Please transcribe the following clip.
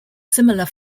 similar